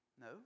No